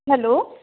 hello